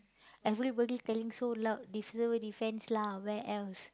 everybody yelling so loud def~ Civil-Defence lah where else